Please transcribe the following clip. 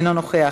אינו נוכח,